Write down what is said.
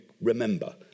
remember